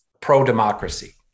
pro-democracy